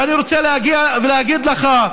ואני רוצה להגיד לך,